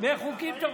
דילגת.